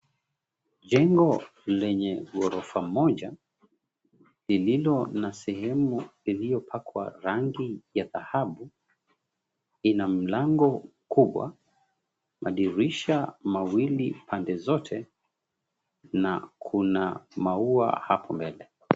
Jengo lenye ghorofa moja lililo na sehemu iliyo pakwa rangi ya dhahabu, ina mlango kubwa, madirisha mawili pande zote na kuna maua hapo mbele.